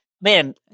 Man